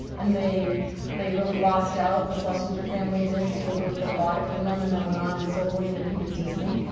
and they they really lost out, the slesinger family did, to a group that bought it from them and then went on and sold winnie-the-pooh to disney.